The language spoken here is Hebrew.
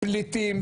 פליטים,